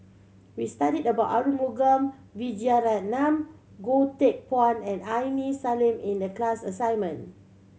we studied about Arumugam Vijiaratnam Goh Teck Phuan and Aini Salim in the class assignment